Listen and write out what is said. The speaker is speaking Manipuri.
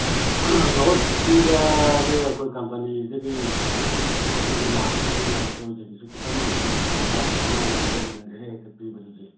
ꯑꯗꯨ ꯃꯍꯨꯠ ꯄꯤꯕꯗꯨ ꯑꯩꯈꯣꯏ ꯀꯝꯄꯅꯤꯗꯒꯤ ꯃꯗꯨꯒꯤ ꯂꯥꯛꯇꯃꯤꯅ ꯑꯩꯈꯣꯏꯗꯒꯤꯁꯨ ꯈꯤꯇꯧ ꯈꯨꯗꯣꯡ ꯆꯥꯕ ꯋꯥꯠꯀꯗ ꯃꯥꯜꯂꯦ ꯃꯍꯨꯠ ꯑꯣꯟꯅꯔꯒ ꯍꯦꯛꯇ ꯄꯤꯕꯗꯨꯗꯤ